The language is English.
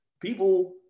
people